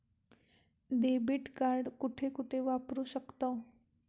Debit card कुठे कुठे वापरू शकतव?